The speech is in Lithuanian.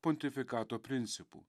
pontifikato principų